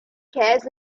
cares